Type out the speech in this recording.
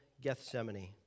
Gethsemane